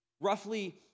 Roughly